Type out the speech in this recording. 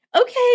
okay